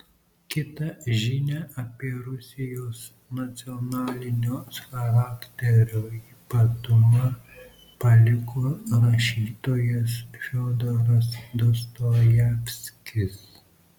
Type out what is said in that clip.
kitą žinią apie rusijos nacionalinio charakterio ypatumą paliko rašytojas fiodoras dostojevskis